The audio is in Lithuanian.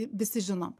visi žinom